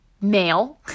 male